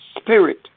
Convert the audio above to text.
spirit